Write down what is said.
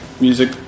music